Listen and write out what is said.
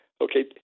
okay